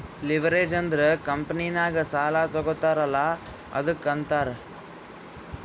leverage ಅಂದುರ್ ಕಂಪನಿನಾಗ್ ಸಾಲಾ ತಗೋತಾರ್ ಅಲ್ಲಾ ಅದ್ದುಕ ಅಂತಾರ್